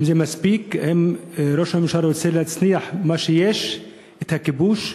אם ראש הממשלה רוצה להנציח את מה שיש, את הכיבוש,